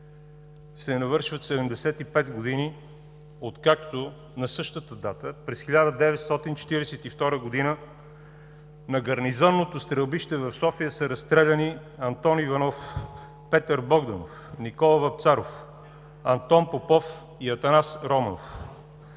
се навършват 75 години, откакто на същата дата през 1942 г. на гарнизонното стрелбище в София са разстреляни Антон Иванов, Петър Богданов, Никола Вапцаров, Антон Попов и Атанас Романов.